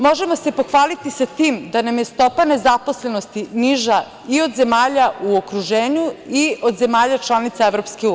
Možemo se pohvaliti sa tim da nam je stopa nezaposlenosti niža i od zemalja u okruženju i od zemalja članica EU.